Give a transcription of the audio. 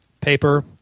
paper